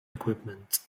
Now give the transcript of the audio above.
equipment